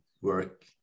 work